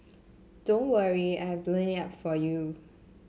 don't worry I have blown it up for you